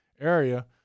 area